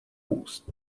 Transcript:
úst